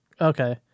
Okay